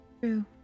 True